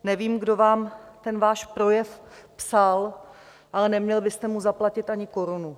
Nevím, kdo vám ten váš projev psal, ale neměl byste mu zaplatit ani korunu.